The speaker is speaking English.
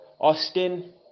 Austin